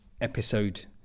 episode